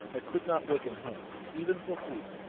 i could not waken her even for food.